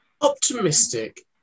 Optimistic